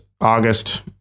August